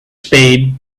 spade